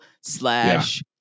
slash